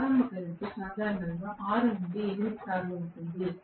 ప్రారంభ కరెంట్ సాధారణంగా 6 నుండి 8 సార్లు ఉంటుంది